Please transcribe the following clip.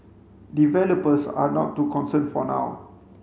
developers are not too concerned for now